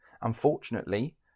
Unfortunately